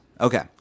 Okay